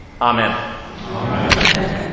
Amen